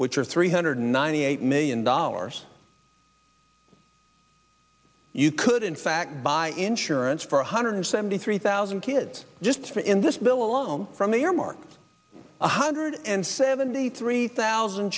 which are three hundred ninety eight million dollars you could in fact buy insurance for one hundred seventy three thousand kids just in this bill alone from earmarks one hundred and seventy three thousand